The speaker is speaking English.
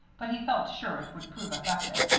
but he felt sure it would prove effective.